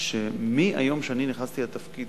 שמהיום שאני נכנסתי לתפקיד,